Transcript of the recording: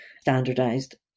standardized